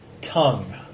tongue